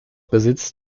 besitzt